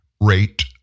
rate